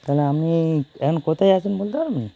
তাহলে আপনি এখন কোথায় আছেন বলতে পারবেন